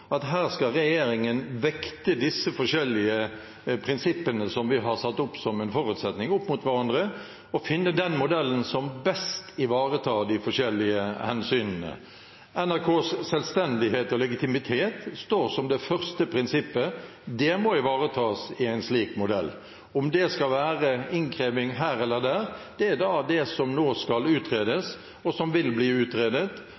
at her skal regjeringen vekte de forskjellige prinsippene som vi har satt opp som en forutsetning, opp mot hverandre og finne den modellen som best ivaretar de forskjellige hensynene. NRKs selvstendighet og legitimitet står som det første prinsippet. Det må ivaretas i en slik modell. Om det skal være innkreving her eller der, er det som nå skal